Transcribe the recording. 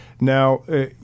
Now